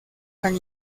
han